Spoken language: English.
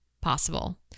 possible